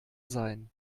sein